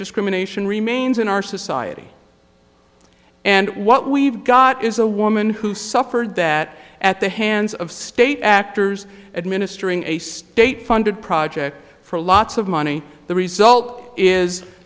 discrimination remains in our society and what we've got is a woman who suffered that at the hands of state actors administering a state funded project for lots of money the result is